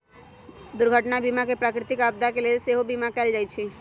दुर्घटना बीमा में प्राकृतिक आपदा के लेल सेहो बिमा कएल जाइ छइ